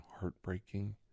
heartbreaking